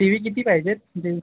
T V किती पाहिजेत